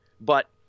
But-